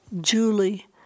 Julie